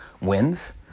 wins